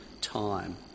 time